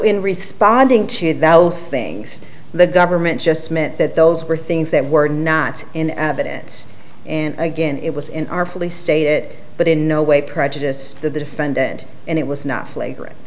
in responding to those things the government just meant that those were things that were not in evidence and again it was in our fully state it but in no way prejudice the defendant and it was not flagrant